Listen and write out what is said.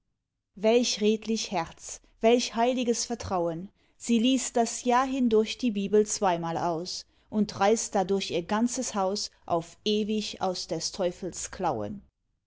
welch redlich herz welch heiliges vertrauen sie liest das jahr hindurch die bibel zweimal aus und reißt dadurch ihr ganzes haus auf ewig aus des teufels klauen